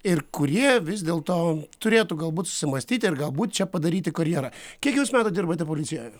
ir kurie vis dėlto turėtų galbūt susimąstyti ir galbūt čia padaryti karjerą kiek jūs metų dirbate policijoje